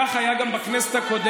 כך היה גם בכנסת הקודמת.